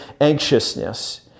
anxiousness